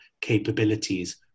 capabilities